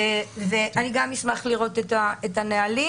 אני גם אשמח לראות את הנהלים.